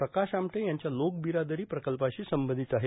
प्रकाश आमटे यांच्या लोकबिरादरी प्रकल्पाशी संबंधित आहे